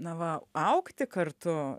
na va augti kartu